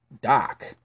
Doc